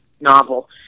novel